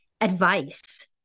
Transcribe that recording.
advice